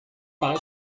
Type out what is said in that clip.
parait